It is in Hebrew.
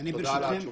תודה על התשובות.